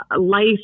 life